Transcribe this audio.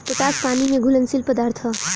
potash पानी में घुलनशील पदार्थ ह